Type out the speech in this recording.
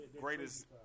greatest